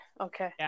okay